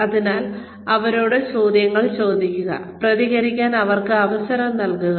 അതിനാൽ അവരോട് ചോദ്യങ്ങൾ ചോദിക്കുക പ്രതികരിക്കാൻ അവർക്ക് അവസരം നൽകുക